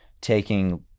taking